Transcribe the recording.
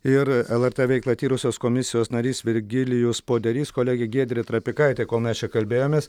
ir lrt veiklą tyrusios komisijos narys virgilijus poderys kolegė giedrė trapikaitė kol mes čia kalbėjomės